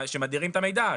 שמדירים את המידע.